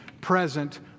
present